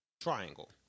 triangle